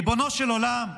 ריבונו של עולם,